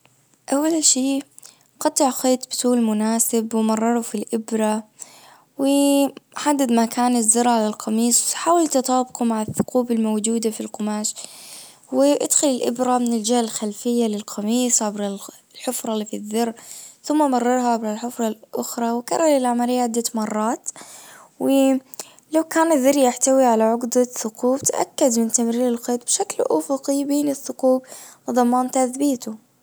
اول شي قطع خيط بطول مناسب ومرره في الابرة حدد مكان الذر على القميص حاول تتطابقه مع الثقوب الموجودة في القماش. وادخل الابرة من الجهة الخلفية للقميص عبر الحفرة اللي في الزر ثم مررها بالحفرة الاخرى وكرر عدة مرات ولو كان الزر يحتوي على عدة ثقوب تأكد من تمرير الخيط بشكل افقي بين الثقوب وضمان تثبيته